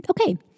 Okay